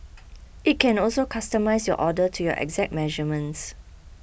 it can also customise your order to your exact measurements